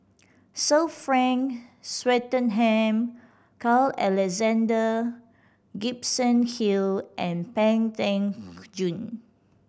Sir Frank Swettenham Carl Alexander Gibson Hill and Pang Teck Joon